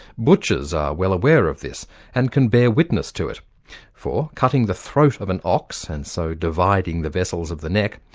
butchers are well aware of this and can bear witness to it for, cutting the throat of an ox and so dividing the vessels of the neck,